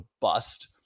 bust